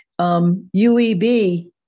UEB